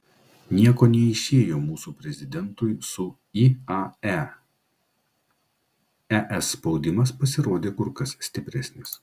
nieko neišėjo mūsų prezidentui su iae es spaudimas pasirodė kur kas stipresnis